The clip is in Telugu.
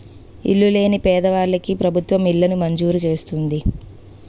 ఇల్లు లేని పేదవాళ్ళకి ప్రభుత్వం ఇళ్లను మంజూరు చేస్తుంది